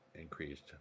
increased